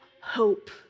hope